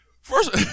First